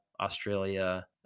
Australia